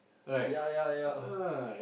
ya ya ya